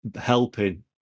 helping